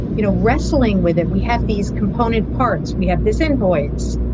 you know, wrestling with it. we have these component parts. we have this inner voice.